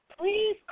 please